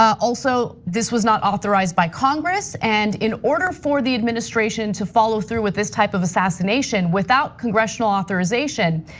also this was not authorized by congress, and in order for the administration to follow through with this type of assassination, without congressional authorization,